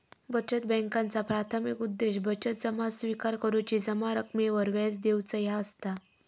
बचत बॅन्कांचा प्राथमिक उद्देश बचत जमा स्विकार करुची, जमा रकमेवर व्याज देऊचा ह्या असता